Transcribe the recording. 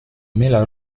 mela